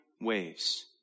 waves